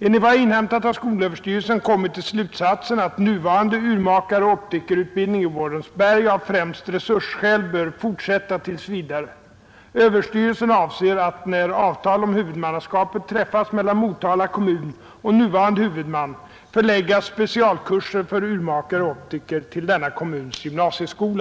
Enligt vad jag inhämtat har skolöverstyrelsen kommit till slutsatsen att nuvarande urmakaroch optikerutbildning i Borensberg av främst resursskäl bör fortsätta tills vidare. Överstyrelsen avser att, när avtal om huvudmannaskapet träffats mellan Motala kommun och nuvarande huvudman, förlägga specialkurser för urmakare och optiker till denna kommuns gymnasieskola.